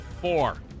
Four